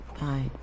Bye